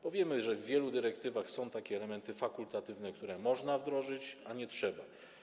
Bo wiemy, że w wielu dyrektywach są takie elementy fakultatywne, które można wdrożyć, ale nie trzeba.